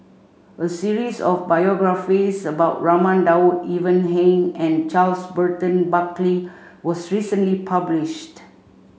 a series of biographies about Raman Daud Ivan Heng and Charles Burton Buckley was recently published